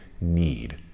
need